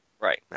Right